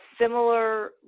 similar